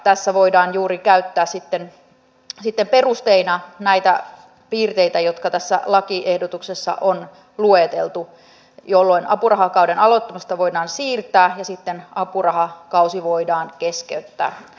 tässä voidaan käyttää sitten perusteina juuri näitä piirteitä jotka tässä lakiehdotuksessa on lueteltu jolloin apurahakauden aloittamista voidaan siirtää ja sitten apurahakausi voidaan keskeyttää